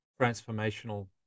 transformational